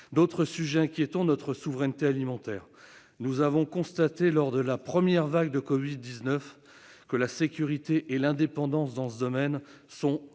Autre sujet inquiétant, notre souveraineté alimentaire. Nous avons constaté, lors de la première vague de covid-19, que la sécurité et l'indépendance dans ce domaine